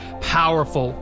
powerful